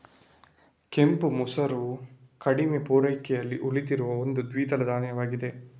ಕೆಂಪು ಮಸೂರವು ಕಡಿಮೆ ಪೂರೈಕೆಯಲ್ಲಿ ಉಳಿದಿರುವ ಒಂದು ದ್ವಿದಳ ಧಾನ್ಯವಾಗಿದೆ